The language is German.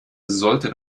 sollte